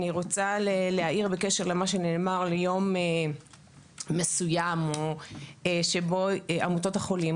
אני רוצה להעיר בקשר למה שנאמר על יום מסוים שיוקדש לעמותות החולים.